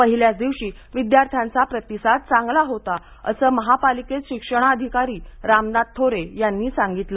पहिल्याच दिवशी विद्यार्थ्यांचा प्रतिसाद चांगला होता असं महानगरपालिकेचे शिक्षणाधिकारी रामनाथ थोरे यांनी सांगितलं